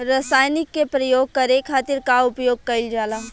रसायनिक के प्रयोग करे खातिर का उपयोग कईल जाला?